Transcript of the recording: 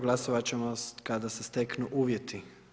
Glasovat ćemo kada se steknu uvjeti.